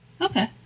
Okay